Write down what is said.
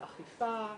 החלפה,